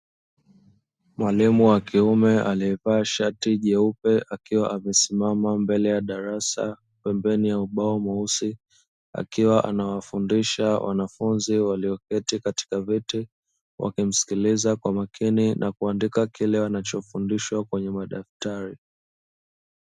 Mwalimu wa kiume, aliyevaa shati jeupe, akiwa amesimama mbele ya darasa, pembeni ya ubao mweusi, akiwa anawafundisha wanafunzi walioketi katika viti, wakimsikiliza kwa makini na kuandika kile wanachofundishwa kwenye madaftari.